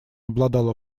обладала